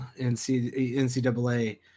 NCAA